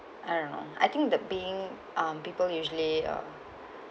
I don't know I think that being um people usually uh